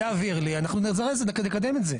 אם הוא יעביר לי אנחנו נזרז את זה, נקדם את זה.